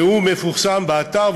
והוא מפורסם באתר,